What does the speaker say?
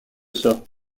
sort